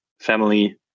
family